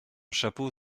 chapeau